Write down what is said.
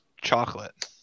chocolate